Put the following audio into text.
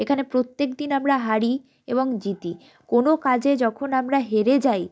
এখানে প্রত্যেক দিন আমরা হারি এবং জিতি কোনো কাজে যখন আমরা হেরে যাই